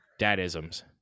dadisms